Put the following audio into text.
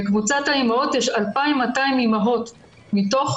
בקבוצת האימהות יש 2,200 אימהות מתוך